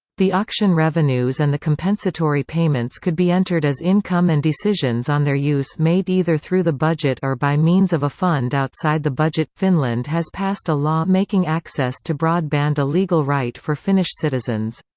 the auction revenues and the compensatory payments could be entered as income and decisions on their use made either through the budget or by means of a fund outside the budget finland has passed a law making access to broadband a legal right for finnish citizens.